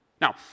Now